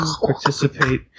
participate